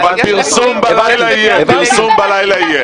אבל פרסום בלילה יהיה, פרסום בלילה יהיה.